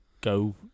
go